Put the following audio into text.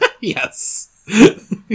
Yes